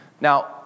Now